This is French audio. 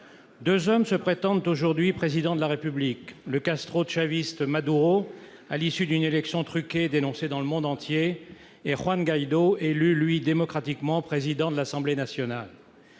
Deux hommes se prétendent aujourd'hui président de la République : le castro-chaviste Maduro, arrivé au pouvoir à l'issue d'une élection truquée dénoncée dans le monde entier, et Juan Guaido, élu, lui, démocratiquement président de l'Assemblée nationale.